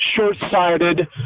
short-sighted